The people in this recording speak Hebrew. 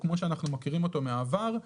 כמו שאנחנו מכירים אותו מהעבר.